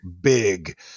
big